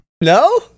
No